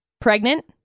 Pregnant